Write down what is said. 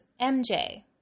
MJ